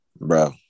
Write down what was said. Bro